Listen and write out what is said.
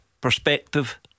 perspective